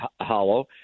hollow